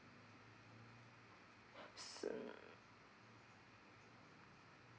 s~ mm